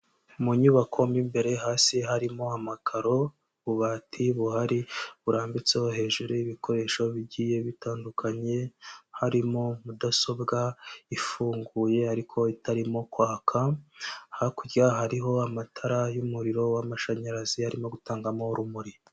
Mu nyubako mo imbere hasi harimo amakaro, ububati buhari burambitseho hejuru y'ibikoresho bigiye bitandukanye, harimo mudasobwa ifunguye ariko itarimo kwaka, hakurya hariho amatara y'umuriro w'amashanyarazi arimo gutangamo urumuri.